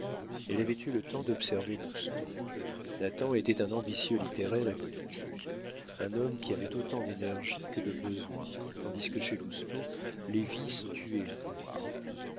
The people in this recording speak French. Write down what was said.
elle avait eu le temps d'observer lousteau nathan était un ambitieux littéraire et politique un homme qui avait autant d'énergie que de besoins tandis que chez lousteau les vices tuaient le vouloir